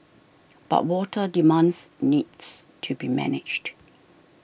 but water demands needs to be managed